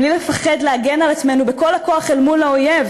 בלי לפחד להגן על עצמנו בכל הכוח מול האויב,